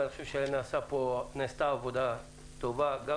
ואני חושב שנעשתה עבודה טובה גם